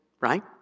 Right